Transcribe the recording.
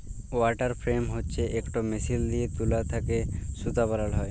water frame হছে ইকট machine দিঁয়ে তুলা থ্যাকে সুতা বালাল হ্যয়